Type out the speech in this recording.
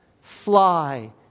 fly